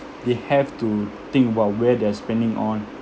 they have to think about where they're spending on